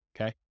Okay